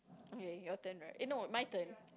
okay okay your turn right eh no my turn